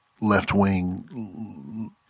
left-wing